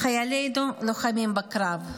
חיילנו לוחמים בקרב,